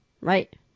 Right